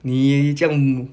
你这样